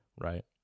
right